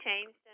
changed